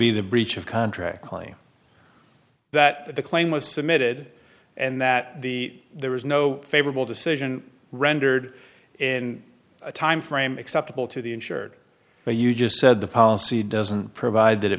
be the breach of contract claim that the claim was submitted and that the there was no favorable decision rendered in a time frame acceptable to the insured or you just said the policy doesn't provide that it